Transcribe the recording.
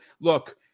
look